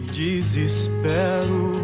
desespero